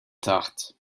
taħt